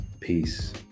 Peace